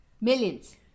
millions